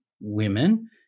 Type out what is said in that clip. women